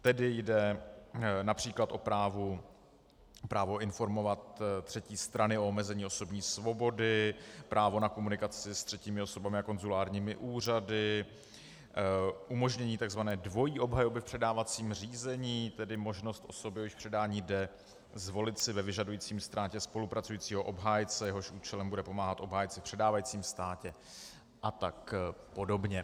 Tedy jde například o právo informovat třetí strany o omezení osobní svobody, právo na komunikaci s třetími osobami a konzulárními úřady, umožnění takzvané dvojí obhajoby v předávacím řízení, tedy možnost osoby, o jejíž předání jde, zvolit si ve vyžadující ztrátě spolupracujícího obhájce, jehož účelem bude pomáhat obhájci v předávajícím státě, a tak podobně.